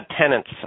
tenants